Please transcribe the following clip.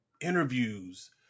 interviews